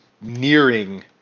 nearing